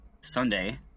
Sunday